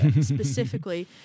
Specifically